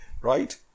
right